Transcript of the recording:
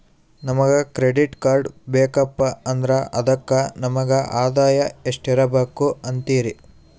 ನಮಗ credit card ಬೇಕಪ್ಪ ಅಂದ್ರ ಅದಕ್ಕ ನಮಗ ಆದಾಯ ಎಷ್ಟಿರಬಕು ಅಂತೀರಿ?